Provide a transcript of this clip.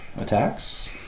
attacks